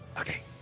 okay